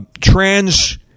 trans